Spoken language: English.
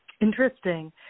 Interesting